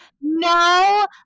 no